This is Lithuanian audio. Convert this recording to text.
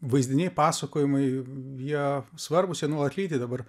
vaizdiniai pasakojimai jie svarbūs jie nuolat lydi dabar